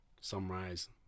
sunrise